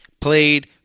played